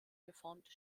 geformte